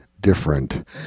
different